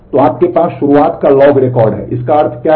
तो आपके पास शुरुआत का लॉग रिकॉर्ड है इसका अर्थ क्या है